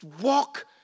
Walk